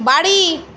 বাড়ি